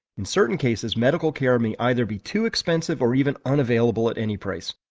in certain cases, medical care may either be too expensive or even unavailable at any price.